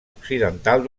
occidental